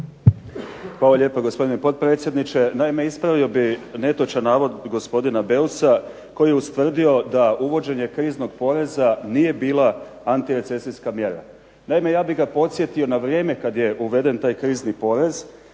Hvala lijepa gospodine potpredsjedniče. Naime ispravio bih netočan navod gospodina Beusa koji je ustvrdio da uvođenje kriznog poreza nije bila antirecesijska mjera. Naime, ja bih ga podsjetio na vrijeme kad je uveden taj krizni porez,